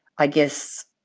i guess,